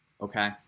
okay